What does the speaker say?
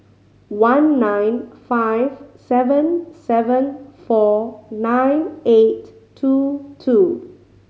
one nine five seven seven four nine eight two two